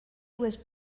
was